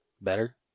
Better